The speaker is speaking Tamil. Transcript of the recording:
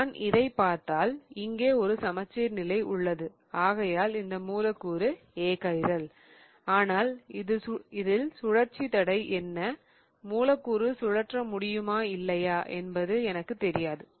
நான் இதைப் பார்த்தால் இங்கே ஒரு சமச்சீர் நிலை உள்ளது ஆகையால் இந்த மூலக்கூறு ஏகைரல் ஆனால் இதில் சுழற்சி தடை என்ன மூலக்கூறு சுழற்ற முடியுமா இல்லையா என்பது எனக்குத் தெரியாது